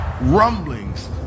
rumblings